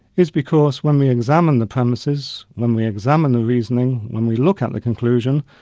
is because when we examine the premises, when we examine the reasoning, when we look at the conclusion,